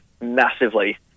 massively